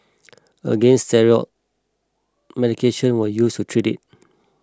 again steroid medication was used to treat it